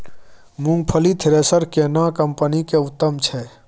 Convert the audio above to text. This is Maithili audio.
मूंगफली थ्रेसर केना कम्पनी के उत्तम छै?